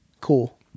cool